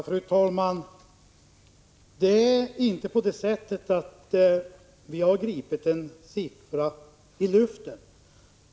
Fru talman! Vi har inte gripit en siffra ur luften.